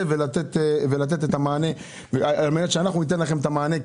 כדי שאנחנו כוועדה ניתן לכם את המענה.